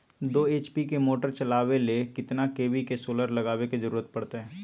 दो एच.पी के मोटर चलावे ले कितना के.वी के सोलर लगावे के जरूरत पड़ते?